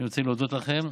אני רוצה להודות לכם.